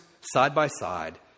side-by-side